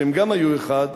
שהם גם היו אחד,